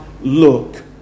look